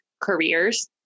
careers